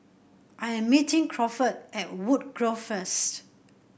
I am meeting Crawford at Woodgrove first